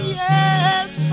yes